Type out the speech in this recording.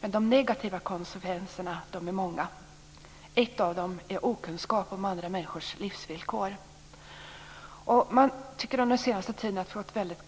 De negativa konsekvenserna är dock många. En av dem är okunskap om andra människors livsvillkor. Vi har under den senaste tiden fått väldigt